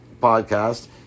podcast